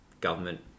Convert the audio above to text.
government